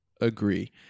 agree